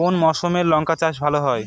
কোন মরশুমে লঙ্কা চাষ ভালো হয়?